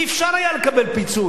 לא היה אפשר לקבל פיצוי.